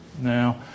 Now